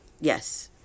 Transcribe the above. Yes